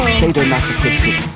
sadomasochistic